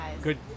Good